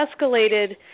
escalated